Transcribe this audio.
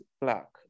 black